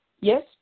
yes